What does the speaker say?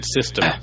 system